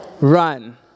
Run